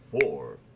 four